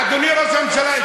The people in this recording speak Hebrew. אדוני ראש הממשלה,